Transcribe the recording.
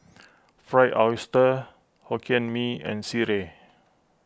Fried Oyster Hokkien Mee and Sireh